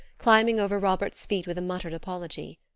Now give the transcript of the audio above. climbing over robert's feet with a muttered apology.